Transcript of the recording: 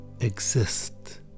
exist